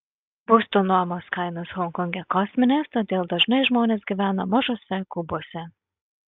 būsto nuomos kainos honkonge kosminės todėl dažnai žmonės gyvena mažuose kubuose